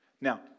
Now